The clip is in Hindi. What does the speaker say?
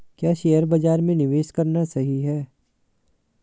क्या शेयर बाज़ार में निवेश करना सही है?